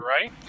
right